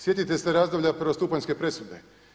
Sjetite se razdoblja prvostupanjske presude.